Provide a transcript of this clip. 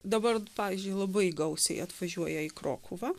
dabar pavyzdžiui labai gausiai atvažiuoja į krokuvą